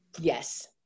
Yes